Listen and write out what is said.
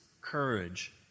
courage